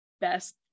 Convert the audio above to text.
best